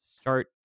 start